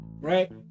right